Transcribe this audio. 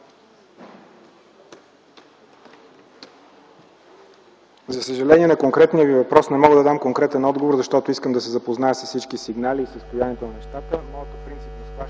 За съжаление на конкретния Ви въпрос не мога да дам конкретен отговор, защото искам да се запозная с всички сигнали и състоянието на нещата. Моето принципно схващане